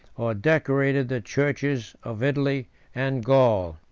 or decorated the churches of italy and gaul.